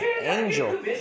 angel